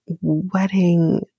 wedding